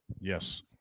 Yes